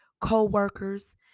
co-workers